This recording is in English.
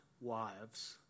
wives